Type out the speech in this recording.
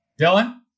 Dylan